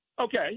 Okay